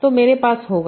तो मेरे पास होगा